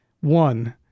one